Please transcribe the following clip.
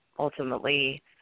ultimately